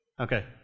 Okay